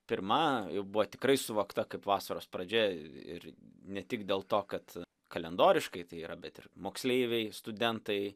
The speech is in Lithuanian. pirma buvo tikrai suvokta kaip vasaros pradžia ir ne tik dėl to kad kalendoriškai tai yra bet ir moksleiviai studentai